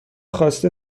خواسته